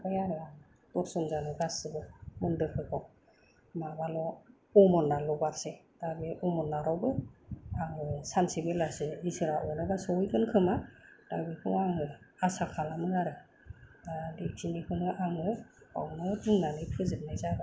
दा आङो दरशन जाजोबाय मन्दिरफोरखौ माबाल' अमरनाथल' बाखि दा बे अमरनाथावबो आं सानसे बेलासे इसोरा अनोब्ला सहैगोन खोमा दा बेखौ आङो आसा खालामो आरो दा बेखिनिखौनो आङो बेवनो बुंनानै फोजोबनाय जाबाय